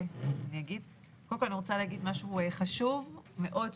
אני רוצה לומר משהו חשוב מאוד,